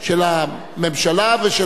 בבקשה.